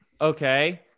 Okay